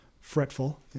fretful